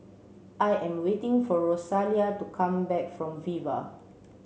I am waiting for Rosalia to come back from Viva